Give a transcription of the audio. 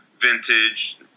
vintage